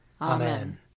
Amen